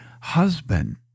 husband